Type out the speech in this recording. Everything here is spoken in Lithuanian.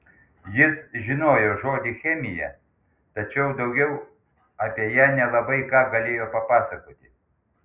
jis žinojo žodį chemija tačiau daugiau apie ją nelabai ką galėjo papasakoti